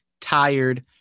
tired